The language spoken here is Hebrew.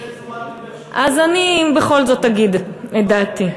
אז אני בכל זאת אגיד את דעתי.